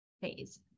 phase